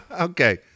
Okay